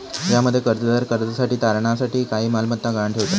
ज्यामध्ये कर्जदार कर्जासाठी तारणा साठी काही मालमत्ता गहाण ठेवता